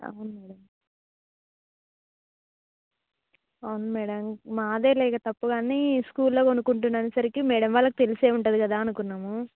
అవును మేడం అవును మేడం మాదేలే ఇక తప్పు కానీ స్కూల్లో కొనుక్కుంటున్నాను అనే సరికి మేడం వాళ్ళకి తెలిసే ఉంటుంది కదా అనుకున్నాము